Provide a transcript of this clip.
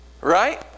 Right